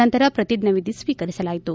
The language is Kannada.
ನಂತರ ಪ್ರತಿಜ್ಞಾವಿಧಿ ಸ್ವೀಕರಿಸಲಾಯಿತು